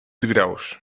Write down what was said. degraus